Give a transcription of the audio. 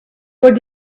what